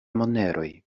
moneroj